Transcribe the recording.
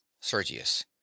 sergius